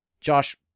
Josh